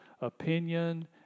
opinion